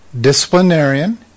disciplinarian